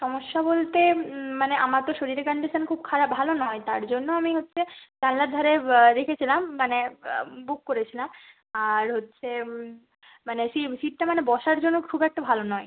সমস্যা বলতে মানে আমার তো শরীরের কনডিশান খুব খারাপ ভালো নয় তার জন্য আমি হচ্ছে জানালার ধারে রেখেছিলাম মানে বুক করেছিলাম আর হচ্ছে মানে সিটটা মানে বসার জন্য খুব একটা ভালো নয়